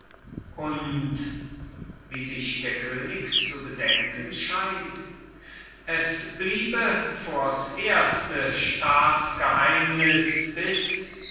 und wie sich der könig zu bedenken scheint es bliebe fürs erste staatsgeheimnis bis